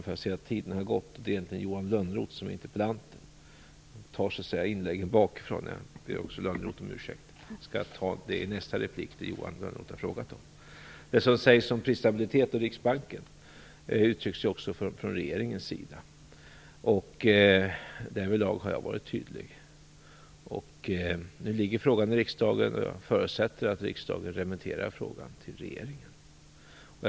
Jag ser att tiden rinner i väg. Det är ju Johan Lönnroth som är interpellant, men jag tar inläggen bakifrån så att säga. Jag ber också Johan Lönnroth om ursäkt. Jag skall i nästa inlägg ta upp det som Johan Lönnroth har frågat om. Det som alltså sägs om prisstabilitet och Riksbanken uttrycks också från regeringens sida. Därvidlag har jag varit tydlig. Nu ligger frågan i riksdagen. Jag förutsätter att riksdagen remitterar den till regeringen. Fru talman!